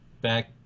back